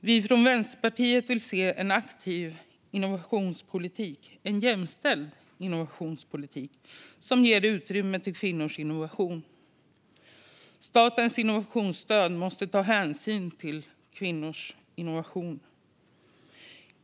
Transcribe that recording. Vi från Vänsterpartiet vill se en aktiv och jämställd innovationspolitik som ger utrymme för kvinnors innovation. Statens innovationsstöd måste ta hänsyn till kvinnors innovation.